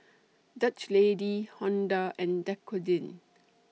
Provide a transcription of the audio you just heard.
Dutch Lady Honda and Dequadin